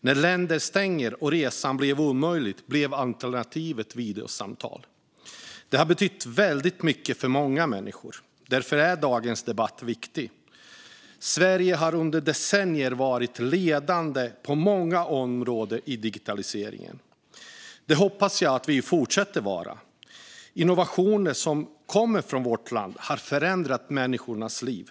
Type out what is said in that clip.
När länder stängde och det blev omöjligt att resa blev alternativet videosamtal. Detta har betytt väldigt mycket för många människor. Därför är dagens debatt viktig. Sverige har under decennier varit ledande på många områden inom digitaliseringen. Det hoppas jag att vi fortsätter att vara. Innovationer som kommer från vårt land har förändrat människors liv.